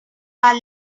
are